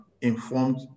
informed